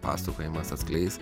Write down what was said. pasakojimas atskleis